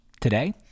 Today